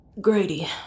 Grady